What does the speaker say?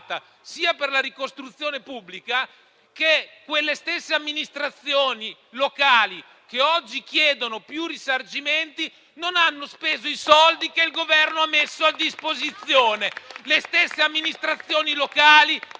sia privata che pubblica. E quelle stesse amministrazioni locali che oggi chiedono più risarcimenti non hanno speso i soldi che il Governo ha messo a disposizione. Sono le stesse amministrazioni locali